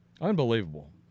Unbelievable